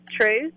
True